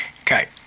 Okay